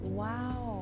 wow